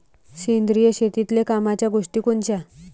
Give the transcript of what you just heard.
सेंद्रिय शेतीतले कामाच्या गोष्टी कोनच्या?